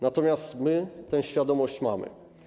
Natomiast my tę świadomość mamy.